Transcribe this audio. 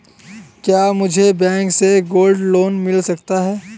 क्या मुझे बैंक से गोल्ड लोंन मिल सकता है?